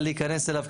אלא להיכנס אליו,